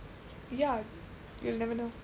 ya you'll never know